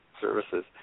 services